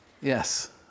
yes